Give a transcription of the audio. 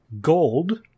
Gold